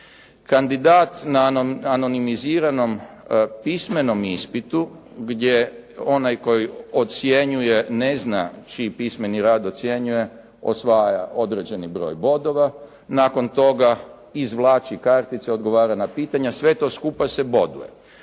Kandidat na anonimiziranom pismenom ispitu gdje onaj koji ocjenjuje ne zna čiji pismeni rad ocjenjuje osvaja određeni broj bodova, nakon toga izvlači kartice, odgovara na pitanja sve to skupa se boduje.